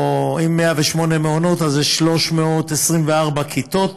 אם 108 מעונות, אז זה 324 כיתות.